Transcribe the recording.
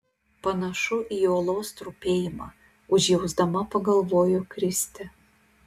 panašu į uolos trupėjimą užjausdama pagalvojo kristė